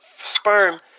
sperm